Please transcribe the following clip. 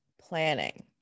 planning